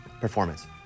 performance